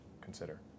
consider